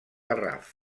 garraf